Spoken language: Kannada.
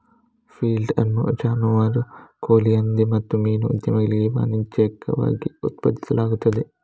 ಫೀಡ್ ಅನ್ನು ಜಾನುವಾರು, ಕೋಳಿ, ಹಂದಿ ಮತ್ತು ಮೀನು ಉದ್ಯಮಗಳಿಗೆ ವಾಣಿಜ್ಯಿಕವಾಗಿ ಉತ್ಪಾದಿಸಲಾಗುತ್ತದೆ